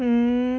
hmm